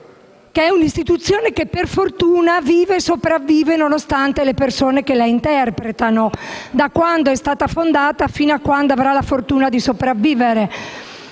Questa Istituzione per fortuna vive e sopravvive nonostante le persone che la interpretano, da quando è stata fondata fino a quando avrà la fortuna di sopravvivere.